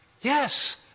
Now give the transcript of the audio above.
Yes